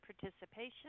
participation